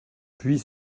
puis